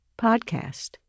podcast